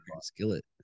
skillet